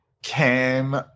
Came